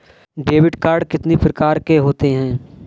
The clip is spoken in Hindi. डेबिट कार्ड कितनी प्रकार के होते हैं?